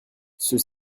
ceux